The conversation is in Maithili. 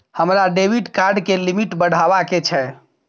हमरा डेबिट कार्ड के लिमिट बढावा के छै